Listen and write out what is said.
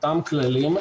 אותם כללים,